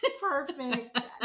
perfect